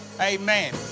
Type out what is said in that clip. Amen